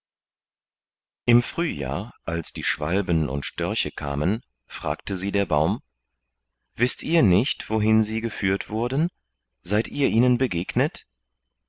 im frühjahr als die schwalben und störche kamen fragte sie der baum wißt ihr nicht wohin sie geführt wurden seid ihr ihnen begegnet